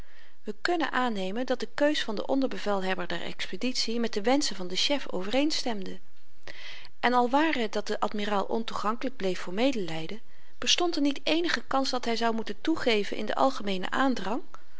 we kunnen aannemen dat de keus van den onderbevelhebber der expeditie met de wenschen van den chef overeenstemde en al ware het dat de admiraal ontoegankelyk bleef voor medelyden bestond er niet eenige kans dat hy zou moeten toegeven in den algemeenen aandrang